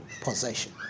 possession